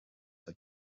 have